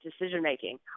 decision-making